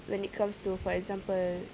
when it comes to for example